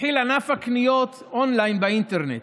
התחיל ענף הקניות און-ליין באינטרנט,